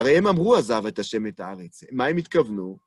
הרי הם אמרו, עזב את השם את הארץ. מה הם התכוונו?